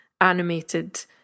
animated